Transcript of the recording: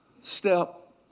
step